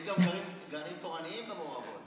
יש גם גרעינים תורניים במעורבות.